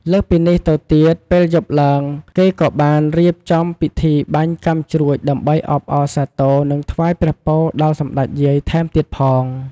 លើសពីនេះទៅទៀតពេលយប់ឡើងគេក៏បានរៀបចំពីធីបាញ់កាំជ្រួចដើម្បីអបអរសាទរ និងថ្វាយព្រះពរដល់សម្តេចយាយថែមទៀតផង។